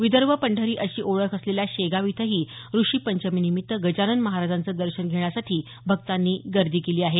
विदर्भ पंढरी अशी ओळख असलेल्या शेगाव इथं ऋषीपंचमीनिमित्त गजानन महाराजांचं दर्शन घेण्यासाठी भक्तांनी गर्दी केली आहे